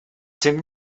tym